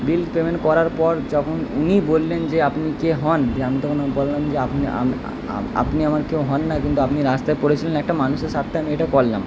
payment করার পর যখন উনি বললেন যে আপনি কে হন দিয়ে আমি তখন বললাম যে আপনি আমার কেউ হন না কিন্তু আপনি রাস্তায় পড়েছিলেন একটা মানুষের স্বার্থে আমি এটা করলাম